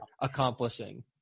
accomplishing